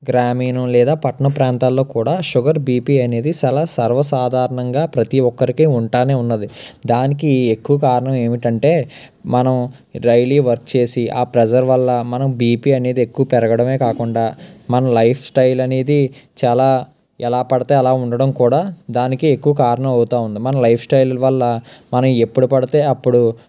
గ్రామీణం లేదా పట్టణ ప్రాంతాల్లో కూడా షుగర్ బీపీ అనేది చాలా సర్వసాధారణంగా ప్రతి ఒక్కరికి ఉంటానే ఉన్నది దానికి ఎక్కువ కారణం ఏమిటంటే మనం డెయిలీ వర్క్ చేసి ఆ ప్రెజర్ వల్ల మనం బీపీ అనేది ఎక్కువ పెరగడమే కాకుండా మన లైఫ్ స్టైల్ అనేది చాలా ఎలా పడితే అలా ఉండడం కూడా దానికి ఎక్కువ కారణం అవుతూ ఉంది మన లైఫ్ స్టైల్ వల్ల మనం ఎప్పుడు పడితే అప్పుడు